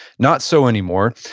not so anymore.